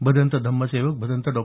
Bhadant Dhammasevak Bhadant Dr